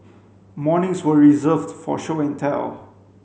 mornings were reserved for show and tell